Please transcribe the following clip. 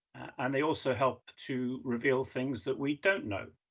and they also help to reveal things that we don't know,